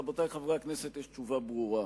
רבותי חברי הכנסת, יש תשובה ברורה.